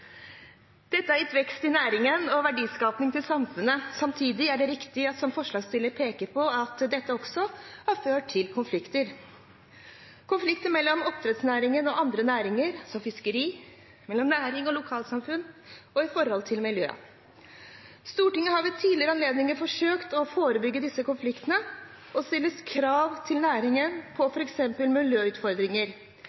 Dette har gitt vekst i næringen og verdiskaping til samfunnet. Samtidig er det riktig, som forslagsstillerne peker på, at dette også har ført til konflikter – konflikter mellom oppdrettsnæringen og andre næringer, som fiskeri, mellom næring og lokalsamfunn og med tanke på miljøet. Stortinget har ved tidligere anledninger forsøkt å forebygge disse konfliktene og stille krav til næringen